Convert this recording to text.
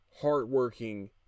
hardworking